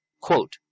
quote